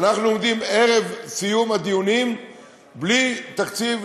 ואנחנו עומדים ערב סיום הדיונים בלי תקציב,